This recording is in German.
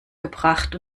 gebracht